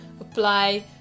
apply